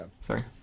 Sorry